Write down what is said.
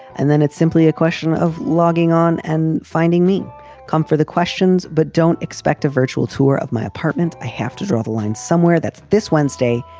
and then it's simply a question of logging on and finding me come for the questions. but don't expect a virtual tour of my apartment. i have to draw the line somewhere. that's this wednesday,